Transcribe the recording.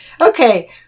Okay